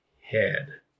head